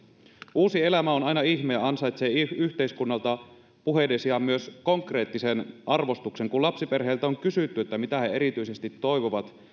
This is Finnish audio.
uusi elämä on aina ihme ja ansaitsee yhteiskunnalta puheiden sijaan myös konkreettisen arvostuksen kun lapsiperheiltä on kysytty mitä he erityisesti toivovat